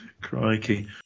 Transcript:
crikey